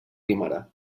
guimerà